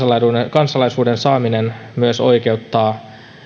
kansalaisuuden saaminen oikeuttaa